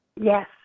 yes